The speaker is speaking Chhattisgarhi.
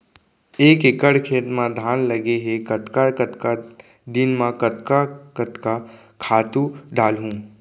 एक एकड़ खेत म धान लगे हे कतका कतका दिन म कतका कतका खातू डालहुँ?